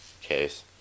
case